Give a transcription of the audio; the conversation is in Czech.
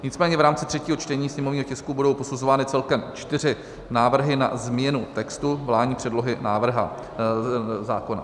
Nicméně v rámci třetího čtení sněmovního tisku budou posuzovány celkem čtyři návrhy na změnu textu vládní předlohy návrhu zákona.